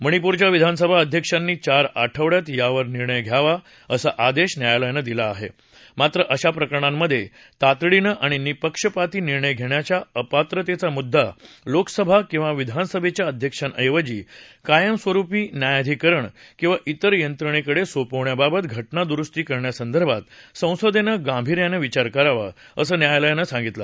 मणिपूरच्या विधानसभा अध्यक्षांनी चार आठवङ्यात यावर निर्णय घ्यावा असा आदेश न्यायालयानं दिला मात्र अशा प्रकरणांमधे तातडीनं आणि निपक्षपाती निर्णय घेण्याचा अपात्रतेचा मुद्दा लोकसभा किंवा विधानसभेच्या अध्यक्षाऐवजी कायमस्वरूपी न्यायाधीकरण किंवा त्रिर यंत्रणेकडे सोपवण्याबाबत घटना दुरुस्ती करण्यासंदर्भात संसदेन गार्भीयान विचार करावा असं न्यायालयानं सांगितलं